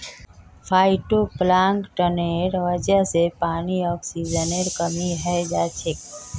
फाइटोप्लांकटनेर वजह से पानीत ऑक्सीजनेर कमी हैं जाछेक